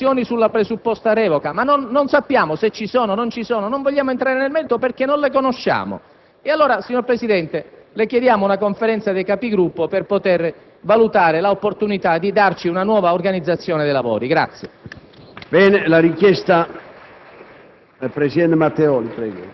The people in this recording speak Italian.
a quanto pare, della legittimità o meno delle motivazioni sulla presupposta revoca; non sappiamo se ci sono o non ci sono, non vogliamo entrare nel merito, perché non le conosciamo. Pertanto, signor Presidente, le chiediamo la convocazione della Conferenza dei Capigruppo per poter valutare l'opportunità di darci una nuova organizzazione dei lavori.